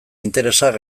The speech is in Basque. interesak